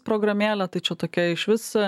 programėlę tai čia tokia išvis